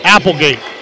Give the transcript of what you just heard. Applegate